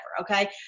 Okay